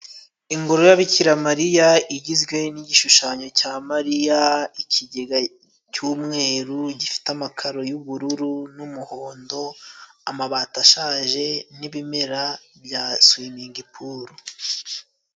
Ingoro ya Bikiramariya, igizwe ni igishushanyo cya Mariya, ikigega cy'umweru gifite amakaro y'ubururu n'umuhondo, amabati ashaje, n'ibimera bya suwimingipuru.